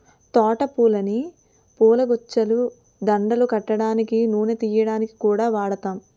తోట పూలని పూలగుచ్చాలు, దండలు కట్టడానికి, నూనె తియ్యడానికి కూడా వాడుతాం